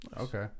Okay